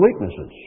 weaknesses